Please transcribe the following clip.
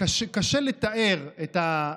קשה לתאר את,